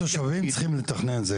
אבל למה התושבים צריכים לתכנן את זה?